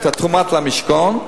את התרומות למשכן,